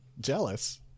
jealous